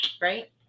right